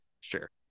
Sure